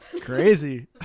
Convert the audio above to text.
Crazy